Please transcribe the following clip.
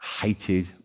hated